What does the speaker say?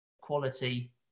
quality